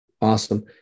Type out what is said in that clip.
Awesome